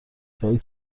جایی